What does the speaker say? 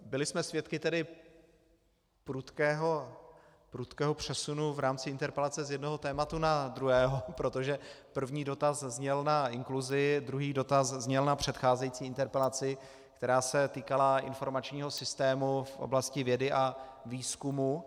Byli jsme svědky prudkého přesunu v rámci interpelace z jednoho tématu na druhé, protože první dotaz zněl na inkluzi, druhý dotaz zněl na předcházející interpelaci, která se týkala informačního systému v oblasti vědy a výzkumu.